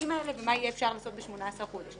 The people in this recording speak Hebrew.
לעניינים האלה ומה אפשר יהיה לעשות ב-18 חודשים.